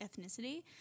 ethnicity